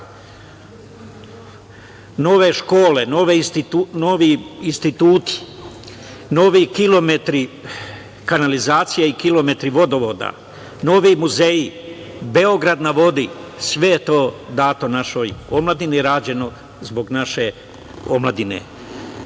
nove škole, novi instituti, novi kilometri kanalizacije i kilometri vodovoda, novi muzeji, „Beograd na vodi“, sve je to dato našoj omladini, rađeno zbog naše omladine